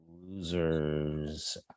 Losers